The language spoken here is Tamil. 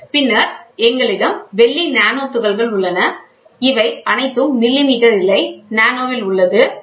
பின்னர் எங்களிடம் வெள்ளி நானோ துகள்கள் உள்ளன பின்னர் இவை அனைத்தும் மில்லிமீட்டர் இல்லை நானோவில் உள்ளது